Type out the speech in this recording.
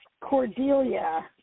Cordelia